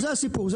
זה הסיפור,